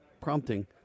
prompting